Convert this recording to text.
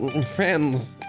Friends